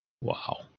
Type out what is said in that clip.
Wow